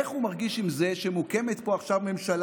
איך הוא מרגיש עם זה שמוקמת פה עכשיו ממשלה